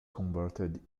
covered